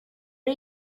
are